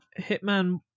Hitman